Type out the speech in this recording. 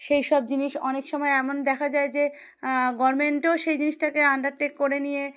সেই সব জিনিস অনেক সময় এমন দেখা যায় যে গভর্নমেন্টেও সেই জিনিসটাকে আন্ডারটেক করে নিয়ে